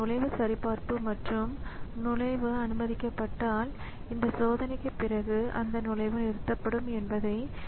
இப்போது இந்த print data ப்ரிண்டருக்கு செல்ல அனுமதிக்க முடியாது ஆனால் டேட்டாவை அவற்றிற்குரிய லோக்கல் பஃபரில் வைத்திருக்கலாம்